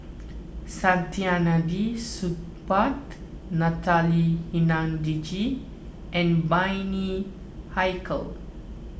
Saktiandi Supaat Natalie Hennedige and Bani Haykal